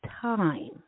time